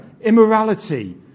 immorality